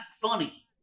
funny